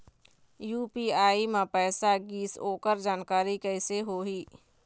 UPI म पैसा गिस ओकर जानकारी कइसे होही?